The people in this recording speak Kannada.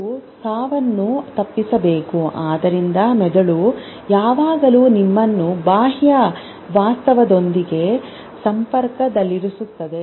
ಜನರು ಸಾವನ್ನು ತಪ್ಪಿಸಬೇಕು ಆದ್ದರಿಂದ ಮೆದುಳು ಯಾವಾಗಲೂ ನಿಮ್ಮನ್ನು ಬಾಹ್ಯ ವಾಸ್ತವದೊಂದಿಗೆ ಸಂಪರ್ಕದಲ್ಲಿರಿಸುತ್ತದೆ